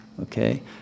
okay